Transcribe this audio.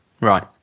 Right